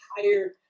higher